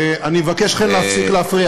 אני אבקש מכם להפסיק להפריע.